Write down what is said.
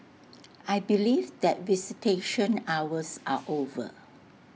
I believe that visitation hours are over